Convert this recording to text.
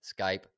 Skype